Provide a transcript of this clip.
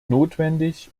notwendig